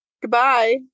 Goodbye